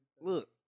Look